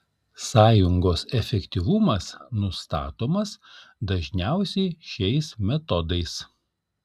sąjungos efektyvumas nustatomas dažniausiai šiais metodais